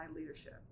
leadership